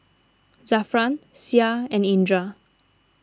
Zafran Syah and Indra